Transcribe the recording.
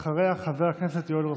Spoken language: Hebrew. ואחריה, חבר הכנסת יואל רזבוזוב.